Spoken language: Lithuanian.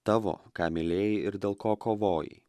tavo ką mylėjai ir dėl ko kovojai